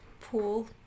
Pool